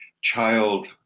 child